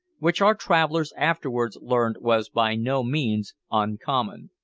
which our travellers afterwards learned was by no means uncommon.